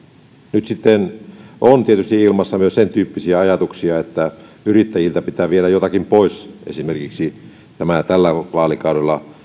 nyt sitten on tietysti ilmassa myös sentyyppisiä ajatuksia että yrittäjiltä pitää viedä jotakin pois esimerkiksi tällä vaalikaudella